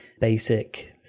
basic